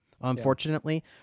unfortunately